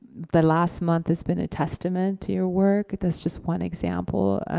the last month has been a testament to your work, that's just one example,